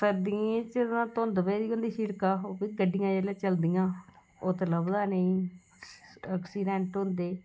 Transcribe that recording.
सर्दियें च धुंद पेदी होंदी शिड़का ओह् फ्ही गड्डियां जेल्लै चलदियां ओत्त लभदा नेईं ऐक्सीडैंट होंदे